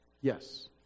Yes